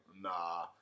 Nah